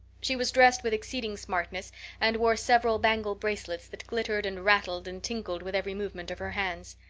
she was dressed with exceeding smartness and wore several bangle bracelets that glittered and rattled and tinkled with every movement of her hands.